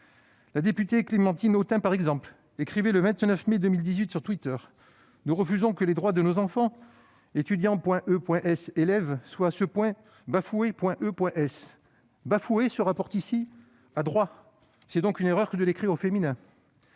la députée Clémentine Autain écrivait le 29 mai 2018 sur Twitter :« Nous refusons que les droits de nos enfants, étudiant.e.s, élèves, soient à ce point bafoué.e.s. »« Bafoué » se rapporte ici à « droits »: c'est donc une erreur que de l'écrire au féminin.